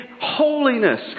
holiness